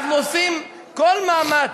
אנחנו עושים כל מאמץ.